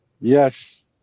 Yes